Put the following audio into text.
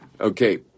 Okay